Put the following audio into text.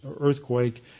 earthquake